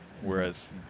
Whereas